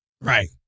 Right